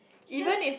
he just